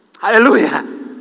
Hallelujah